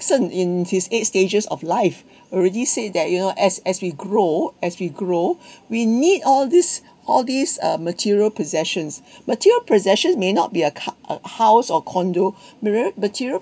~son in his eight stages of life already said that you know as as we grow as we grow we need all these all these uh material possessions material possessions may not be a car a house or condo material material